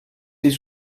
les